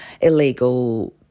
illegal